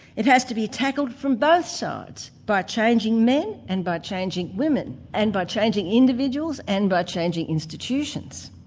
it has to be tackled from both sides by changing men and by changing women and by changing individuals and by changing institutions.